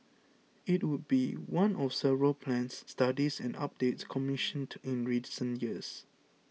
it would be one of several plans studies and updates commissioned in recent years